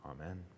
Amen